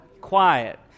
Quiet